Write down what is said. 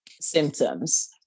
symptoms